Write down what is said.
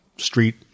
street